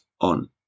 on